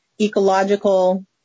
ecological